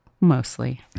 Mostly